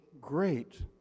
great